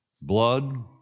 blood